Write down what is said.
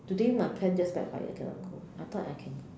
today my plan just backfired cannot go I thought I can